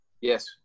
Yes